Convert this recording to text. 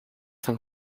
san